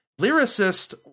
Lyricist